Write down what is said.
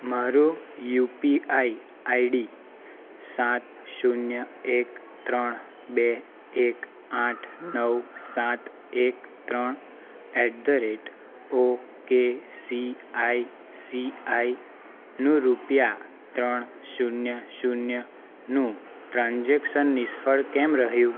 મારો UPI ID સાત શૂન્ય એક ત્રણ બે એક આઠ નવ સાત એક ત્રણ at the rate at O K C I C આઈનું રૂપિયા ત્રણ શૂન્ય શૂન્યનું ટ્રાન્ઝેક્શન નિષ્ફળ કેમ રહ્યું